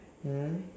mm